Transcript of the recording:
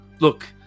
Look